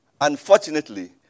Unfortunately